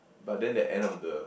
but then the end of the